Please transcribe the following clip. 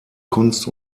kunst